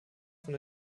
von